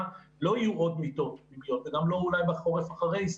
לא יהיו עוד מיטות פנויות ואולי גם לא בחורף אחרי זה,